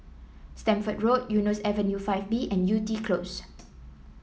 Stamford Road Eunos Avenue Five B and Yew Tee Close